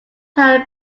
plan